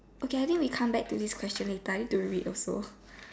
okay I think we come back to this question later I need to read also